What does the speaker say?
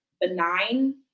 benign